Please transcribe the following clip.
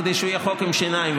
כדי שיהיה חוק עם שיניים,